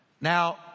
Now